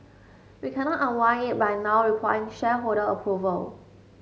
we cannot unwind it by now requiring shareholder approval